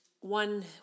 one